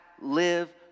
live